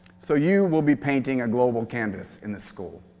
so you will be painting a global canvas in this school.